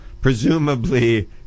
presumably